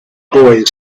boy